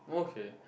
okay